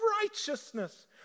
righteousness